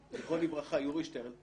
יורי שטרן ז"ל,